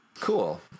Cool